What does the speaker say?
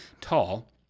tall